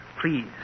Please